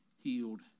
healed